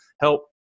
help